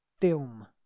film